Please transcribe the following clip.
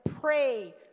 pray